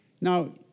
Now